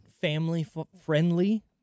family-friendly